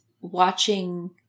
watching